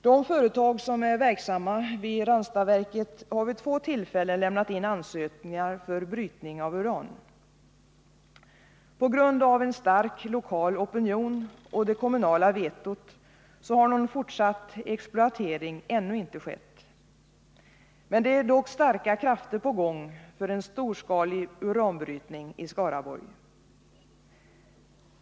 De företag som är verksamma vid Ranstadsverket har vid två tillfällen lämnat in ansökningar för brytning av uran. På grund av en stark lokal opinion och det kommunala vetot har någon fortsatt exploatering ännu inte skett. Det är dock starka krafter i gång för en storskalig uranbrytning i Skaraborg.